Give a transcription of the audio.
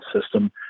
system